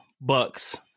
Bucks